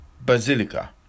Basilica